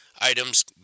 items